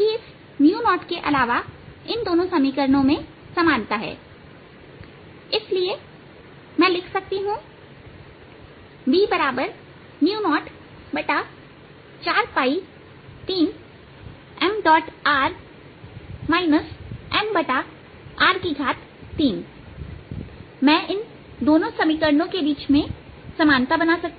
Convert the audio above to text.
कि इस 0 के अलावा यह दोनों समीकरण समान है इसलिए मैं लिख सकती हूं हम जानते हैं B 043mr r mr3 मैं इन दोनों समीकरणों के बीच में समानता बना सकती हूं